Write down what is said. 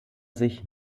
sich